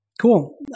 Cool